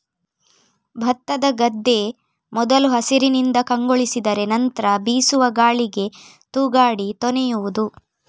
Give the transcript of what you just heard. ಭತ್ತದ ಗದ್ದೆ ಮೊದಲು ಹಸಿರಿನಿಂದ ಕಂಗೊಳಿಸಿದರೆ ನಂತ್ರ ಬೀಸುವ ಗಾಳಿಗೆ ತೂಗಾಡಿ ತೊನೆಯುವುದು